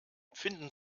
finden